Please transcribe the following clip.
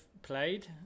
Played